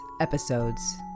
Episodes